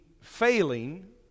failing